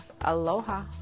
Aloha